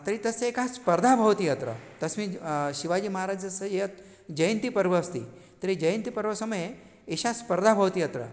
तर्हि तस्य एका स्पर्धा भवति अत्र तस्मिन् शिवाजिमहाराजस्य यत् जयन्तिपर्व अस्ति तर्हि जयन्तिपर्वसमये एषा स्पर्धा भवति अत्र